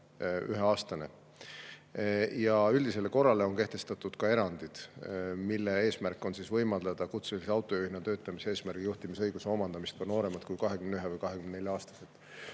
21-aastane. Üldisele korrale on kehtestatud ka erandid, mille eesmärk on võimaldada kutselise autojuhina töötamise eesmärgil juhtimisõiguse omandamist ka nooremal kui 21- või 24-aastasel. Noh,